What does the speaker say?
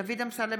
דוד אמסלם,